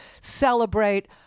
celebrate